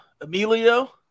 Emilio